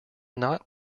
not